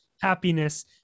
happiness